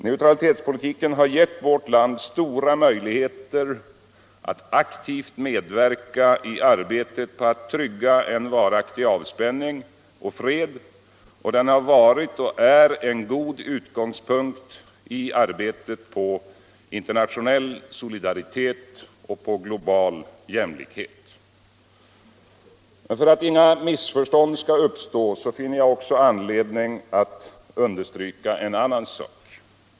Neutralitetspolitiken har givit vårt land stora möjligheter att aktivt medverka i arbetet på att trygga en varaktig avspänning och fred, och den har varit och är en god utgångspunkt i arbetet för internationell solidaritet och global jämlikhet. För att inga missförstånd skall råda finner jag också anledning att understryka en annan sak.